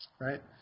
right